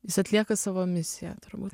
jis atlieka savo misiją turbūt